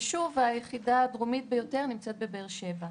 ושוב, היחידה הדרומית ביותר נמצאת בבאר שבע.